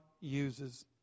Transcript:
uses